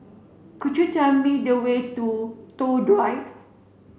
could you tell me the way to Toh Drive